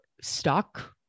stuck